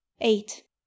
eight